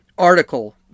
article